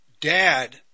dad